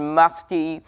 musty